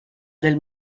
del